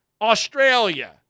Australia